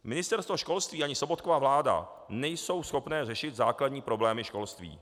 Ministerstvo školství ani Sobotkova vláda nejsou schopné řešit základní problémy školství.